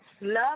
Love